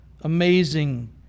amazing